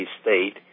state